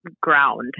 ground